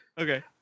Okay